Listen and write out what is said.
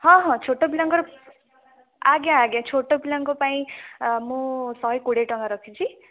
ହଁ ହଁ ଛୋଟ ପିଲାଙ୍କର ଆଜ୍ଞା ଆଜ୍ଞା ଛୋଟ ପିଲାଙ୍କ ପାଇଁ ମୁଁ ଶହେ କୋଡ଼ିଏ ଟଙ୍କା ରଖିଛି